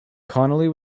connolly